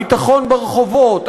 ביטחון ברחובות,